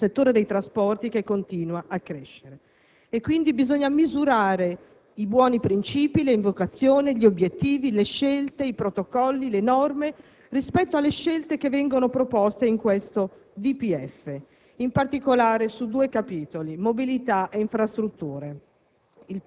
per il settore dei trasporti, che continua a crescere, e quindi bisogna misurare i buoni principi, le invocazioni, gli obiettivi, le scelte, i protocolli, le norme, rispetto alle scelte che vengono proposte in questo DPEF, e in particolare su due capitoli: mobilità e infrastrutture.